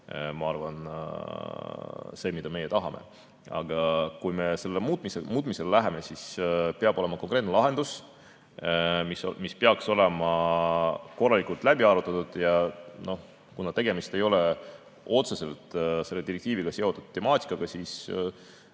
ma arvan, see, mida meie tahame. Aga kui me selle muutmise peale läheme, siis peab olema konkreetne lahendus, mis peaks olema korralikult läbi arutatud. Kuna tegemist ei ole otseselt selle direktiiviga seotud temaatikaga, siis